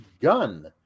gun